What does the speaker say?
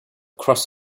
cross